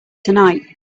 tonight